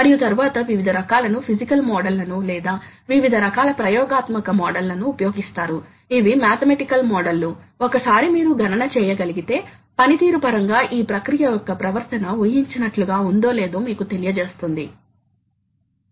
output energy ఈ force X pitch మరియు efficiency factor తో గుణించబడుతుంది కాబట్టి ఇన్ పుట్ మరియు ఔట్ పుట్ కారకాలు సామర్థ్యాన్ని మరియు కొన్ని ఇతర ఘర్షణ టార్క్ లను కలిగి ఉంటాయి